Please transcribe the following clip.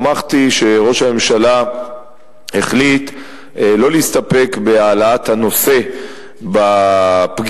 שמחתי שראש הממשלה החליט שלא להסתפק בהעלאת הנושא בפגישות,